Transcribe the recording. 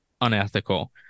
unethical